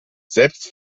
selbst